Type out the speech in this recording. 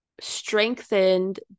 strengthened